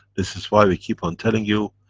this is why we keep on telling you,